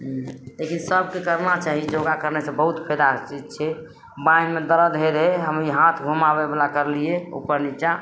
लेकिन सबके करना चाही योगा करने से बहुत फायदा भेटय छै बाँहिमे दर्द होइ रहय हम ई हाथ घुमाबयवला करलियै उपर निच्चा